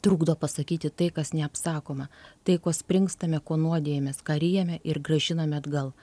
trukdo pasakyti tai kas neapsakoma tai kuo springstame kuo nuodijamės ką ryjame ir grąžiname atgal